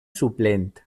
suplent